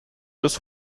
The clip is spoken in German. des